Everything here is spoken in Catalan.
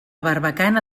barbacana